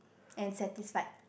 and satisfied